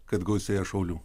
kad gausėja šaulių